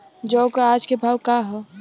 जौ क आज के भाव का ह?